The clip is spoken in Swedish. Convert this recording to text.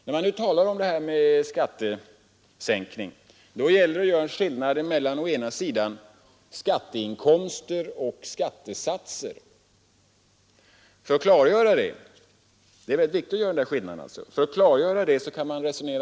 När man talar om skattesänkning är det viktigt att göra skillnad mellan skatteinkomster och skattesatser. För att klargöra den skillnaden kan man resonera på följande sätt.